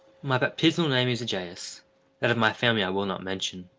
my baptismal name is egaeus that of my family i will not mention.